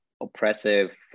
oppressive